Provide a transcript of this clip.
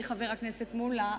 חברי חבר הכנסת מולה,